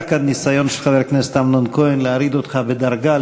היה כאן ניסיון של חבר הכנסת אמנון כהן להוריד אותך בדרגה,